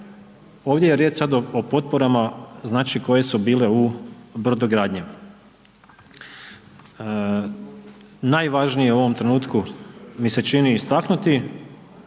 ovdje je riječ o potporama znači koje su bile u brodogradnji. Najvažnije je u ovom trenutku mi se čini istaknuti,